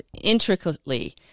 intricately